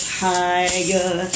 higher